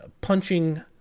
punching